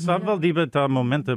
savivaldybė tą momentą